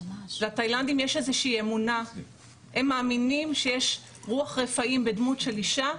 הם מאמינים שיש רוח רפאים בדמות של אישה,